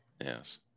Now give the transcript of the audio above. yes